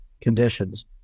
conditions